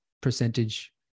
percentage